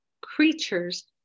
creatures